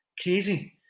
crazy